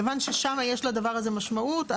כיוון ששם יש לדבר הזה משמעות.